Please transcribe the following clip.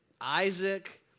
Isaac